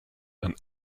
and